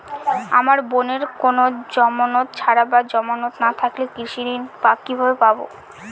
আমার বোনের কোন জামানত ছাড়া বা জামানত না থাকলে কৃষি ঋণ কিভাবে পাবে?